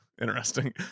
Interesting